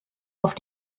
auf